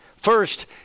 First